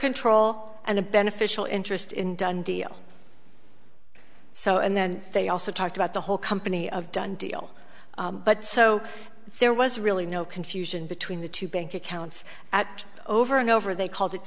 control and a beneficial interest in done deal so and then they also talked about the whole company of done deal but so there was really no confusion between the two bank accounts at over and over they called it